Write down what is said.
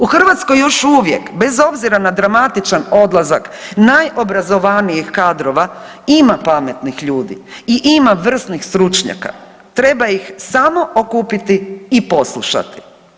U Hrvatskoj još uvijek bez obzira na dramatičan odlazak najobrazovanijih kadrova ima pametnih ljudi i ima vrsnih stručnjaka treba ih samo okupiti i poslušati.